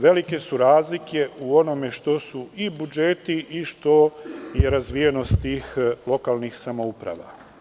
Velike su razlike u onome što su i budžeti i što je razvijenost tih lokalnih samouprava.